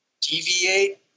deviate